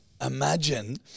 imagine